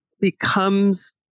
becomes